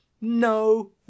No